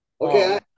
Okay